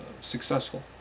successful